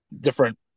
different